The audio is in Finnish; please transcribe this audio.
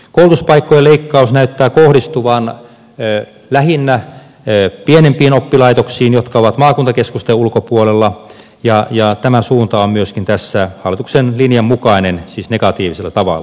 koulutuspaikkojen leikkaus näyttää kohdistuvan lähinnä pienempiin oppilaitoksiin jotka ovat maakuntakeskusten ulkopuolella ja tämä suunta on myöskin tässä hallituksen linjan mukainen siis negatiivisella tavalla